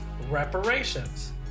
reparations